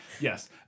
Yes